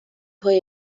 پای